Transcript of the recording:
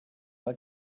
like